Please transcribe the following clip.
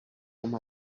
com